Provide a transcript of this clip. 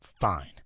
Fine